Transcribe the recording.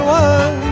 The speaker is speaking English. one